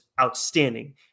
outstanding